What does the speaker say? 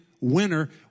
winner